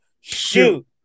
shoot